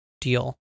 deal